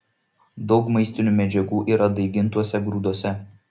daug maistinių medžiagų yra daigintuose grūduose